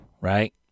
right